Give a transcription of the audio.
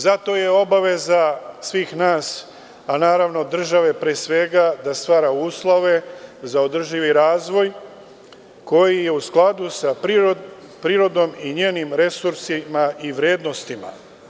Zato je obaveza svih nas, a naravno države pre svega da stvara uslove za održivi razvoj koji je u skladu sa prirodom i njenim resursima i vrednostima.